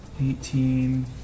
eighteen